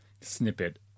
snippet